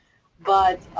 but,